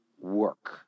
work